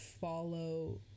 follow